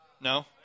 No